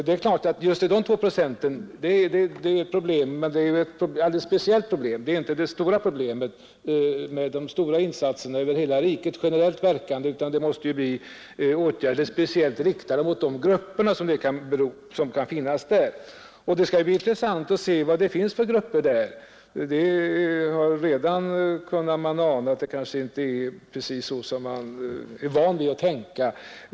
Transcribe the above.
Det är klart att just de 2 procenten är ett problem, men det är ett alldeles speciellt problem — de är inte det stora problemet, som kräver omfattande, generellt verkande insatser över hela riket. Nu måste det bli fråga om särskilda åtgärder, riktade mot just de grupper som kan vara aktuella. Det skall bli intressant att se vad det finns för grupper där. Redan nu kan man ana att det kanske inte är precis så som man är van vid att tänka.